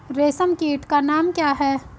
रेशम कीट का नाम क्या है?